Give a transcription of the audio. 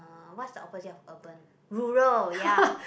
uh what's the opposite of urban rural ya